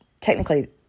technically